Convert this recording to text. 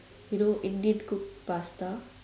you know Indian cooked pasta